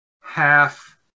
half